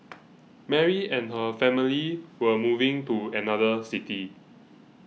Mary and her family were moving to another city